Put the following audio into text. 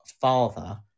father